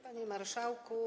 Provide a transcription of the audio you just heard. Panie Marszałku!